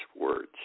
words